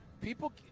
People